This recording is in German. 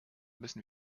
müssen